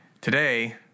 today